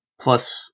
plus